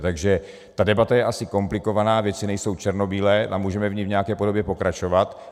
Takže ta debata je asi komplikovaná, věci nejsou černobílé a můžeme v ní v nějaké podobě pokračovat.